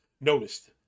noticed